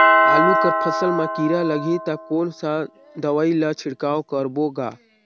आलू कर फसल मा कीरा लगही ता कौन सा दवाई ला छिड़काव करबो गा?